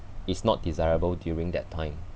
it's not desirable during that time